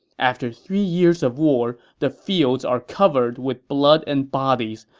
after three years of war, the fields are covered with blood and bodies,